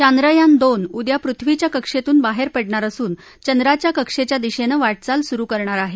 चांद्रयान दोन उद्या पृथ्वीच्या कक्षेतून बाहेर पडणार असून चंद्राच्या कक्षेच्या दिशेनं वाटचाल सुरू करणार आहे